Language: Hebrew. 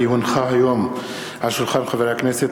כי הונחו היום על שולחן הכנסת,